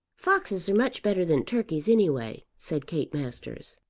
foxes are much better than turkeys anyway, said kate masters.